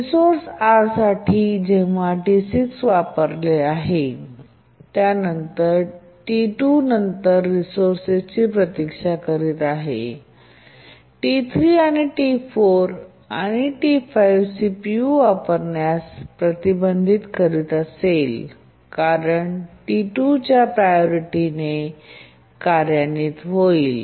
resource R3 साठी जेव्हा T6 ते वापरत आहे आणि T2 नंतर रिसोर्सची प्रतीक्षा करीत आहे T3 T4 आणि T5 सीपीयू वापरण्यास प्रतिबंधित करीत असेल कारण T2 च्या प्रायोरिटीने कार्यान्वित होईल